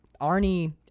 Arnie